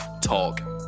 talk